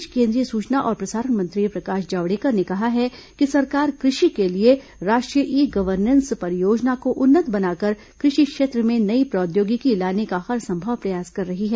इस बीच केंद्रीय सूचना और प्रसारण मंत्री प्रकाश जावड़ेकर ने कहा है कि सरकार कृषि के लिए राष्ट्रीय ई गवर्नेस परियोजना को उन्नत बनाकर कृषि क्षेत्र में नई प्रौद्योगिकी लाने का हरसंभव प्रयास कर रही है